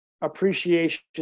Appreciation